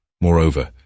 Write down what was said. Moreover